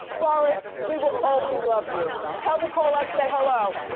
boris, we will always love you, tell nicole i say hello.